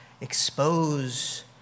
expose